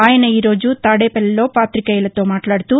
ఆయన ఈ రోజు తాదేపల్లిలో పాతికేయులతో మాట్లాడుతూ